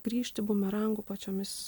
grįžti bumerangu pačiomis